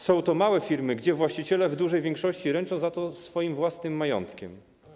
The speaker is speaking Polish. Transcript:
Są to małe firmy, których właściciele w dużej większości ręczą za nie swoim własnym majątkiem.